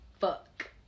fuck